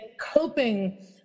coping